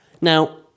Now